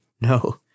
No